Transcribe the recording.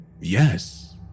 Yes